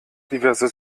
diverse